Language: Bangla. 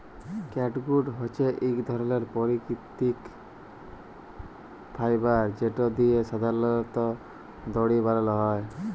ক্যাটগুট হছে ইক ধরলের পাকিতিক ফাইবার যেট দিঁয়ে সাধারলত দড়ি বালাল হ্যয়